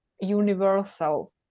universal